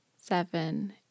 seven